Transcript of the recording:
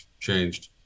changed